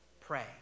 pray